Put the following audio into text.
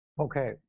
Okay